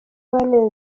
banenze